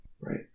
Right